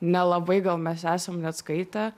nelabai gal mes esam net skaitę